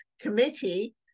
committee